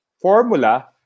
formula